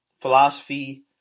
philosophy